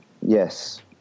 Yes